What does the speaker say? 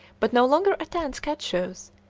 but no longer attends cat shows,